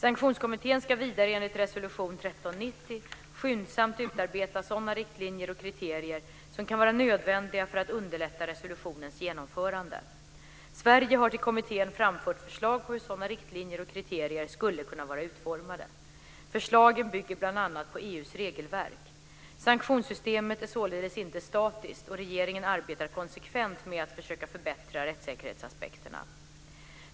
1390 skyndsamt utarbeta sådana riktlinjer och kriterier som kan vara nödvändiga för att underlätta resolutionens genomförande. Sverige har till kommittén framfört förslag på hur sådana riktlinjer och kriterier skulle kunna vara utformade. Förslagen bygger bl.a. på EU:s regelverk. Sanktionssystemet är således inte statiskt, och regeringen arbetar konsekvent med att försöka förbättra rättssäkerhetsaspekterna.